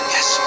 Yes